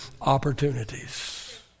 opportunities